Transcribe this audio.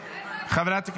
אבל הוא קרא לי.